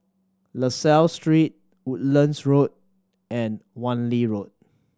La Salle Street Woodlands Road and Wan Lee Road